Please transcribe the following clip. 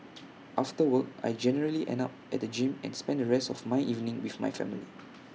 after work I generally end up at the gym and spend the rest of my evening with my family